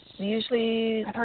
Usually